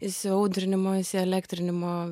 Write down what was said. įsiaudrinimo įsielektrinimo